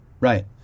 Right